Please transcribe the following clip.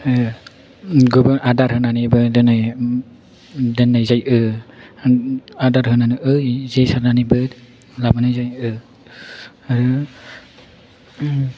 गुबुन आदार होनानैबो दोननाय जायो आदार होनानै जे सारनानैबो लाबोनाय जायो आरो